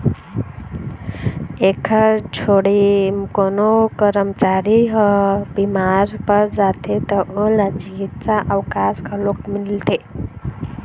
एखर छोड़े कोनो करमचारी ह बिमार पर जाथे त ओला चिकित्सा अवकास घलोक मिलथे